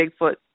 Bigfoot